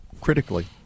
critically